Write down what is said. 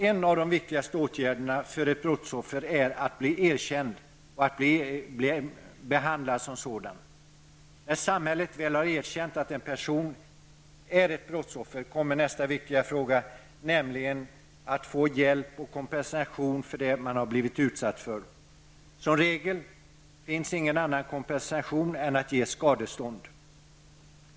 En av de viktigaste åtgärderna för ett brottsoffer är att bli erkänd och behandlad som ett sådant. När samhället väl har erkänt att en person är ett brottsoffer kommer nästa viktiga fråga, nämligen att få hjälp och kompensation för det som man har blivit utsatt för. Som regel finns ingen annan kompensation att ge än skadestånd.